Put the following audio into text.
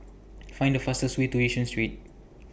Find The fastest Way to Yishun Street